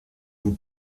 vous